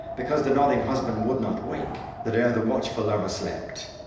because the nodding husband would not wake, that e'er the watchful lover slept?